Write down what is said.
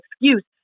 excuse